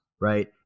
right